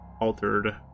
altered